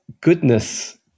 goodness